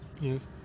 Yes